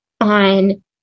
on